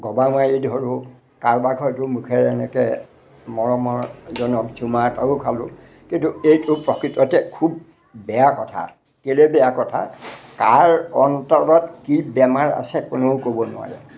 গবা মাৰি ধৰোঁ কাৰোবাক হয়টো মুখেৰে এনেকৈ মৰমৰজনক চুমা এটাও খালোঁ কিন্তু এইটো প্ৰকৃততে খুব বেয়া কথা কেলৈ বেয়া কথা কাৰ অন্তলত কি বেমাৰ আছে কোনেও ক'ব নোৱাৰে